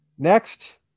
Next